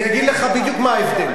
אני אגיד לך מה ההבדל.